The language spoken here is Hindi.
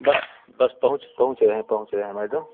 बस बस पहुँच पहुँच रहे हैं गए पहुँच रहे हैं मैडम